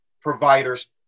providers